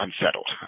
unsettled